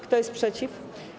Kto jest przeciw?